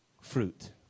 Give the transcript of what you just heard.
fruit